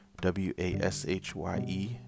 W-A-S-H-Y-E